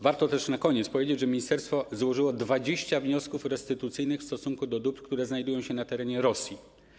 Warto też na koniec powiedzieć, że ministerstwo złożyło 20 wniosków restytucyjnych w stosunku do dóbr, które znajdują się na terenie Rosji.